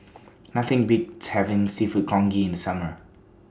Nothing Beats having Seafood Congee in Summer